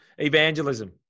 Evangelism